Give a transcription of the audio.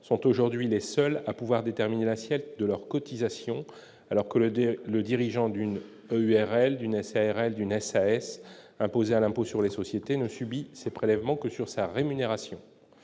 sont aujourd'hui les seuls à pouvoir déterminer l'assiette de leurs cotisations alors que le délai, le dirigeant d'une URL d'une SARL d'une SAS imposé à l'impôt sur les sociétés ne subit ces prélèvements que sur sa rémunération,